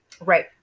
Right